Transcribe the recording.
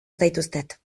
zaituztet